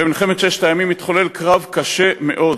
במלחמת ששת הימים, התחולל קרב קשה מאוד